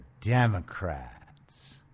Democrats